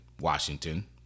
Washington